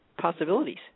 possibilities